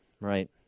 right